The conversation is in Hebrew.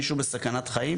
מישהו בסכנת חיים?